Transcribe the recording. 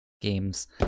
games